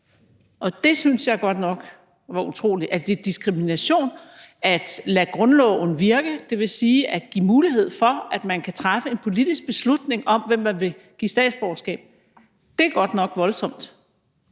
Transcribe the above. og det synes jeg godt nok er utroligt. At det er diskrimination at lade grundloven virke, det vil sige at give mulighed for, at man kan træffe en politisk beslutning om, hvem man vil give statsborgerskab, er godt nok voldsomt.